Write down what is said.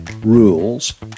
rules